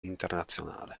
internazionale